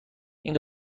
این